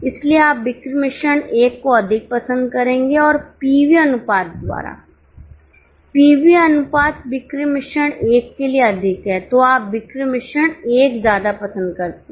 इसलिए आप बिक्री मिश्रण 1 को अधिक पसंद करेंगे और पीवी अनुपात द्वारा पीवी अनुपात बिक्री मिश्रण 1 के लिए अधिक है तो आप बिक्री मिश्रण 1 ज्यादा पसंद करते हैं